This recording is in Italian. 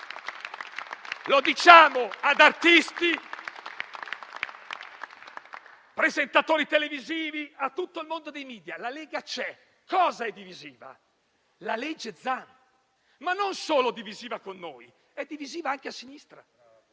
Lo diciamo ad artisti, a presentatori televisivi, a tutto il mondo dei media: la Lega c'è. Cosa è divisivo? Il disegno di legge Zan! Ma non è solo divisivo con noi, ma è divisivo anche a sinistra,